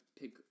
pick